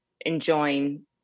enjoying